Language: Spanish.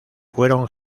fueron